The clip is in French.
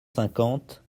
cinquante